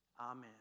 Amen